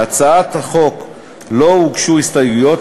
להצעת החוק לא הוגשו הסתייגויות.